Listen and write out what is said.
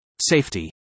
Safety